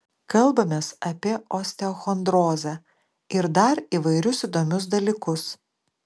kalbamės apie osteochondrozę ir dar įvairius įdomius dalykus